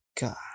God